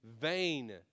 vain